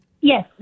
Yes